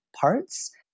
parts